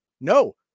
no